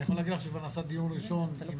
אני יכול להגיד לך שכבר נעשה דיון ראשון עם